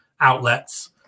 outlets